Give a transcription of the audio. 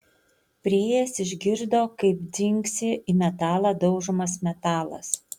priėjęs išgirdo kaip dzingsi į metalą daužomas metalas